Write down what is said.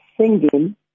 singing